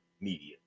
media